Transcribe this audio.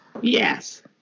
Yes